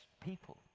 people